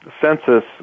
Census